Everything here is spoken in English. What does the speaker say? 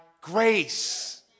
grace